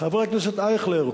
חבר הכנסת אייכלר,